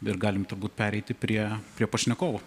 ir galim turbūt pereiti prie prie pašnekovų